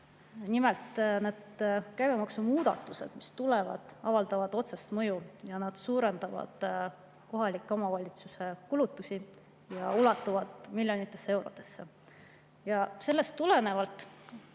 Nimelt, need käibemaksumuudatused, mis tulevad, avaldavad otsest mõju, need suurendavad kohalike omavalitsuste kulutusi, mis ulatuvad miljonitesse eurodesse. Sellest tulenevalt